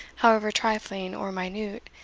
however trifling or minute,